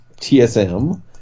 TSM